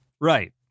Right